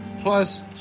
plus